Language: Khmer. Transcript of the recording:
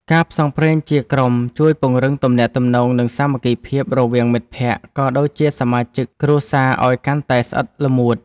ការផ្សងព្រេងជាក្រុមជួយពង្រឹងទំនាក់ទំនង និងសាមគ្គីភាពរវាងមិត្តភក្តិ ក៏ដូចជាសមាជិកគ្រួសារឱ្យកាន់តែស្អិតល្មួត។